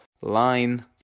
line